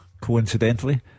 coincidentally